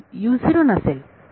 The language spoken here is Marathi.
इथे नसेल